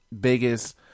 biggest